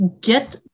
Get